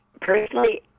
personally